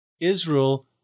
Israel